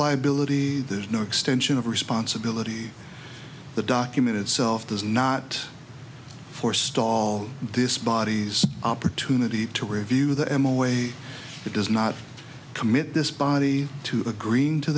liability there's no extension of responsibilities the document itself does not forestall this body's opportunity to review the m away it does not commit this body to agreeing to